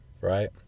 right